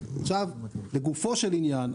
עכשיו לגופו של עניין,